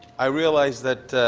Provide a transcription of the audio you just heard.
i realize that